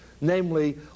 Namely